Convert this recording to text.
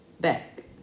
back